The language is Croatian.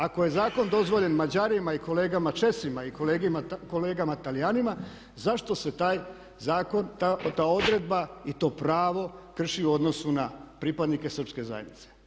Ako je zakon dozvoljen Mađarima i kolegama Česima i kolegama Talijanima zašto se taj zakon, ta odredba i to pravo krši u odnosu na pripadnike srpske zajednice.